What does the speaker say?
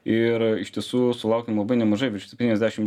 ir iš tiesų sulaukėm labai nemažai virš septryniasdešim